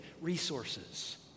resources